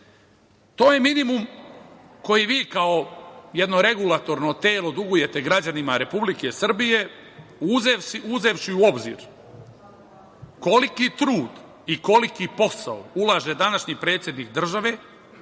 je minimum koji vi kao jedno regulatorno telo dugujete građanima Republike Srbije uzevši u obzir koliki trud i koliki posao ulaže današnji predsednik države